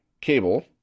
cable